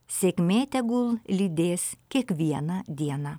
sėkmė tegul lydės kiekvieną dieną